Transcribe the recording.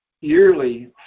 yearly